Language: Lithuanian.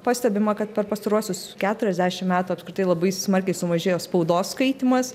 pastebima kad per pastaruosius keturiasdešim metų apskritai labai smarkiai sumažėjo spaudos skaitymas